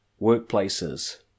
workplaces